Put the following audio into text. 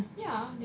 really meh